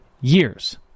years